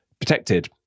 protected